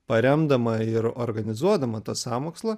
paremdama ir organizuodama tą sąmokslą